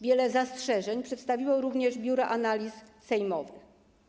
Wiele zastrzeżeń przedstawiło również Biuro Analiz Sejmowych.